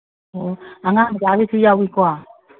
ꯑꯣ ꯑꯉꯥꯡ ꯃꯆꯥꯒꯤꯁꯨ ꯌꯥꯎꯋꯤꯀꯣ